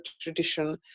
tradition